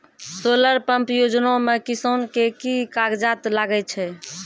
Solar pump योजना म किसान के की कागजात लागै छै?